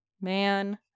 man